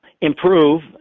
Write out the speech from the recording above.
improve